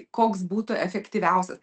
koks būtų efektyviausias